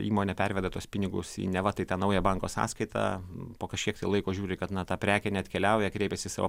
įmonė perveda tuos pinigus į neva tai tą naują banko sąskaitą po kažkiek tai laiko žiūri kad na ta prekė neatkeliauja kreipiasi į savo